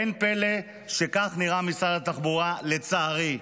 אין פלא שכך נראה משרד התחבורה, לצערי.